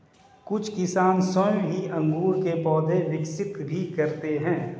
कुछ किसान स्वयं ही अंगूर के पौधे विकसित भी करते हैं